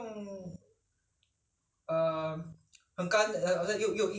okay lor so oh 你 just buy from the supermarket